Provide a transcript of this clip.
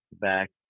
back